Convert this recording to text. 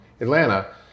Atlanta